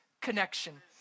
connection